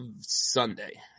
Sunday